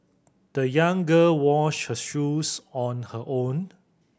the young girl washed her shoes on her own